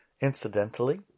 incidentally